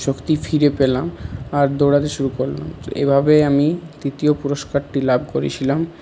শক্তি ফিরে পেলাম আর দৌঁড়াতে শুরু করলাম এভাবেই আমি তৃতীয় পুরস্কারটি লাভ করেছিলাম